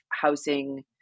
housing